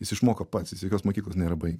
jis išmoko pats jis jokios mokyklos nėra baigęs